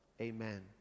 Amen